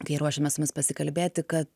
kai ruošėmės su jumis pasikalbėti kad